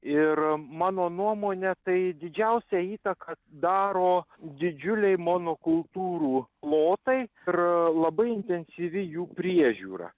ir mano nuomone tai didžiausią įtaką daro didžiuliai monokultūrų plotai ir labai intensyvi jų priežiūra